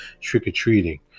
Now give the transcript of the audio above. trick-or-treating